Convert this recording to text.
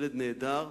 ילד נהדר.